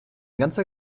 ganzer